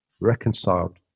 reconciled